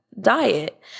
diet